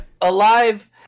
alive